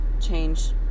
change